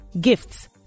gifts